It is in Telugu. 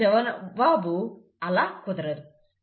దాని జవాబు అలా జరగదు